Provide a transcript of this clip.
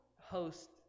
host